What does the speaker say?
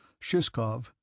Shishkov